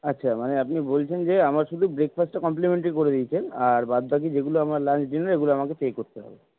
আচ্ছা মানে আপনি বলছেন যে আমরা শুধু ব্রেকফাস্টটা কমপ্লিমেন্টারি করে দিয়েছেন আর বাদবাকি যেগুলো আমার লাঞ্চ ডিনার এগুলো আমাকে পে করতে হবে